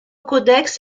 codex